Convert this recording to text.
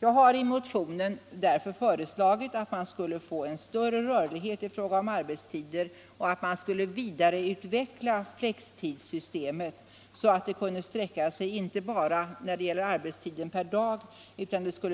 Jag har därför i motionen föreslagit en större' rörlighet i fråga om arbetstider och en vidareutveckling av flextidssystemet så att det skulle sträcka sig inte bara över arbetstiden per dag utan även